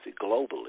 globally